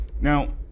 Now